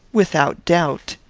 without doubt,